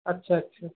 আচ্ছা আচ্ছা